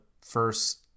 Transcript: first